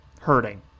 hurting